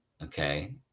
Okay